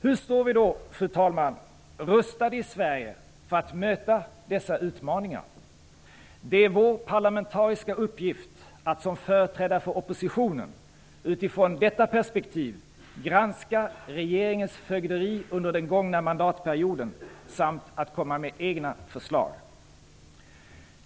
Hur står vi då rustade i Sverige för att möta dessa utmaningar? Det är vår parlamentariska uppgift att som företrädare för oppositionen utifrån detta perspektiv granska regeringens fögderi under den gångna mandatperioden samt att komma med egna förslag.